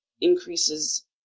increases